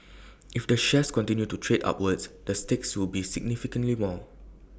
if the shares continue to trade upward the stakes will be significantly more